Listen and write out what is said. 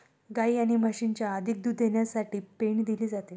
गायी आणि म्हशींना अधिक दूध देण्यासाठी पेंड दिली जाते